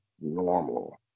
normal